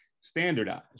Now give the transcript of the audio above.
standardized